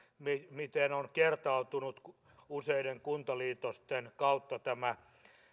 miten on kertautunut useiden kuntaliitosten kautta tämä